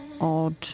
odd